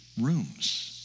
rooms